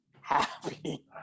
happy